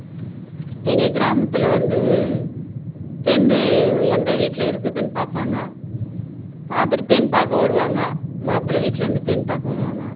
ம் எங்கள் கிராமத்தில் வந்து பெண் எந்த வீட்டில் இருக்குதுன்னு பார்ப்பாங்க பாத்துட்டு பெண் பார்க்க வருவாங்க மாப்பிள்ளை வீட்டுலேருந்து பெண் பார்க்க வருவாங்க